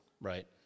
Right